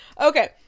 Okay